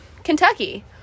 Kentucky